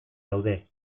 daude